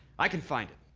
i can find it.